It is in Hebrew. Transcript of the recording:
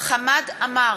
חמד עמאר,